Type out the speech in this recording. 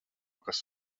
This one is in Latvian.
kas